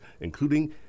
including